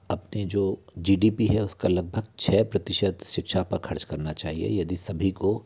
अपनी जो G D P है उसका लगभग छः प्रतिशत शिक्षा पा ख़र्च करना चाहिए यदि सभी को